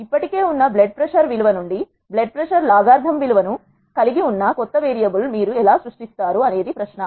ఇప్పటికే ఉన్న blood pressure విలువ నుండి బ్లడ్ ప్రషర్ లాగరిథమ్ విలువను కలిగి ఉన్న కొత్త వేరియబుల్ మీరు ఎలా సృష్టిస్తారు అనేది ప్రశ్న